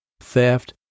theft